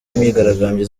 imyigaragambyo